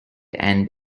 and